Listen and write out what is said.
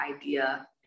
idea